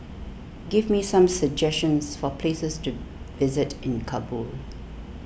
give me some suggestions for places to visit in Kabul